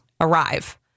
arrive